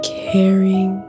caring